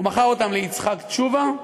הוא מכר אותן ליצחק תשובה.